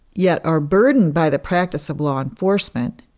yet are burdened by the practice of law enforcement,